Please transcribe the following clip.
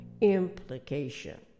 implication